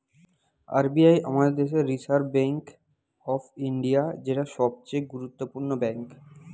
R B I আমাদের দেশের reserve bank of India, যেটা সবচে গুরুত্বপূর্ণ ব্যাঙ্ক